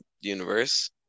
universe